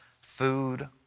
food